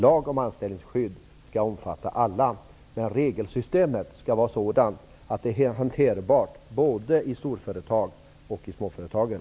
Lagen om anställningsskydd skall omfatta alla, men regelsystemet skall vara så utformat att det är hanterbart både i storföretagen och småföretagen.